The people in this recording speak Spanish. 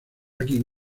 aquí